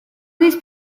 these